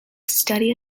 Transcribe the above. study